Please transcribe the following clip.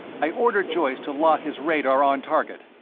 i ordered joyce to lock his radar on target,